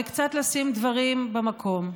קצת לשים דברים במקום.